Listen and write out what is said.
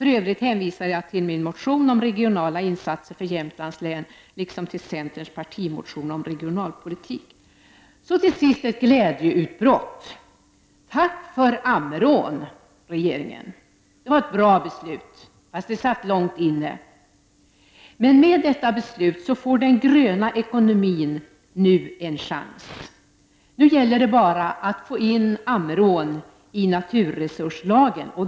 I övrigt hänvisar jag till min motion om regionala insatser för Jämtlands län liksom till centerns partimotion om regionalpolitik. Så till sist ett glädjeutbrott. Tack för Ammerån, regeringen! Det var ett bra beslut, fastän det satt långt inne. Med detta beslut får den ”gröna ekonomin” en chans. Nu gäller det bara att få in Ammerån i naturresurslagen.